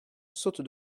saute